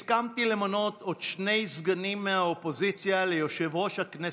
הסכמתי למנות עוד שני סגנים מהאופוזיציה ליושב-ראש הכנסת,